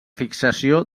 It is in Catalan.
fixació